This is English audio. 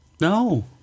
No